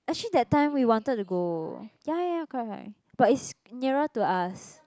actually that time we wanted to go ya ya correct correct but it's nearer to us